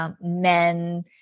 men